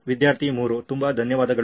ವಿದ್ಯಾರ್ಥಿ 3 ತುಂಬಾ ಧನ್ಯವಾದಗಳು